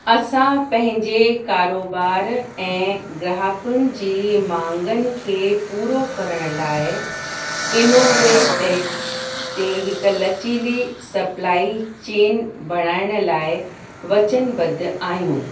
असां पंहिंजे कारोबार ऐं ग्राहकनि जी मांगनि खे पूरो करण लाइ इनोवेट एक्स ते हिकु लचीली सप्लाई चेन बणाइण लाइ वचनबध्द आहियूं